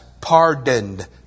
pardoned